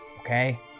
okay